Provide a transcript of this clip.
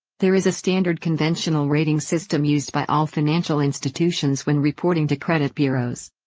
there is a standard conventional rating system used by all financial institutions when reporting to credit bureaus.